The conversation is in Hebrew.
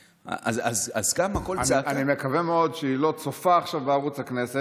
אני מקווה מאוד שהיא לא צופה עכשיו בערוץ הכנסת